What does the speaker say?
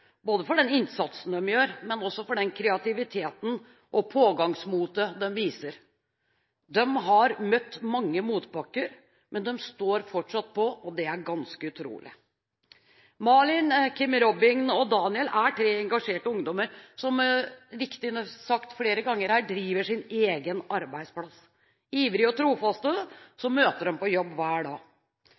for den innsatsen de gjør, men også for den kreativiteten og det pågangsmotet de viser. De har møtt mange motbakker, men de står fortsatt på, og det er ganske utrolig. Malin, Kim Robin og Daniel er tre engasjerte ungdommer som – som sagt flere ganger her – driver sin egen arbeidsplass. Ivrige og trofaste møter de på jobb hver dag.